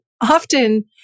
often